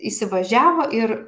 įsivažiavo ir